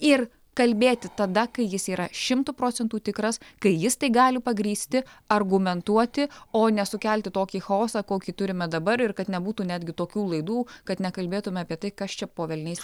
ir kalbėti tada kai jis yra šimtu procentų tikras kai jis tai gali pagrįsti argumentuoti o ne sukelti tokį chaosą kokį turime dabar ir kad nebūtų netgi tokių laidų kad nekalbėtume apie tai kas čia po velniais